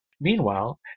Meanwhile